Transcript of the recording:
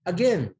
Again